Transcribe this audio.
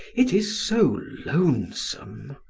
it is so lonesome.